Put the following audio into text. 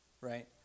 right